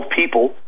people